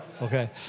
Okay